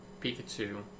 Pikachu